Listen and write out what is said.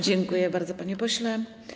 Dziękuję bardzo, panie pośle.